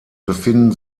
befinden